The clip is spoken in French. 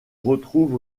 retrouve